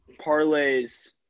parlays